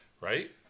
Right